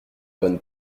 bonne